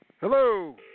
Hello